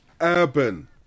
urban